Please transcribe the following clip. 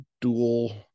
dual